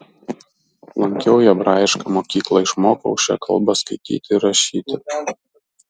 lankiau hebrajišką mokyklą išmokau šia kalba skaityti ir rašyti